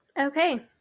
Okay